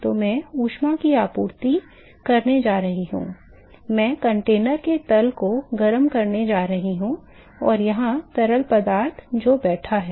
तो मैं ऊष्मा की आपूर्ति करने जा रहा हूं मैं कंटेनर के तल को गर्म करने जा रहा हूं और यहां तरल पदार्थ है जो बैठा है